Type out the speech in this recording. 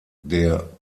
der